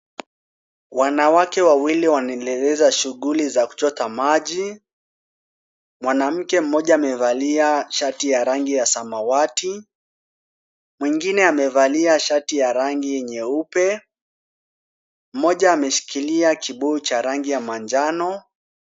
Wanawake wawili wanaendeleza shughuli za kuchota maji. Mwanamke mmoja amevalia shati ya rangi ya samawati. Mwingine amevalia shati ya rangi nyeupe. Mmoja ameshikilia kibuyu cha rangi ya manjano.